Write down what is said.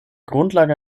grundlage